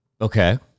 Okay